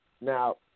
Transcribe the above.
Now